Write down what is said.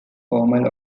formal